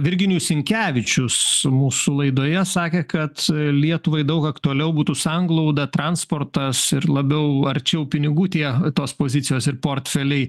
virginijus sinkevičius mūsų laidoje sakė kad lietuvai daug aktualiau būtų sanglauda transportas ir labiau arčiau pinigų tie tos pozicijos ir portfeliai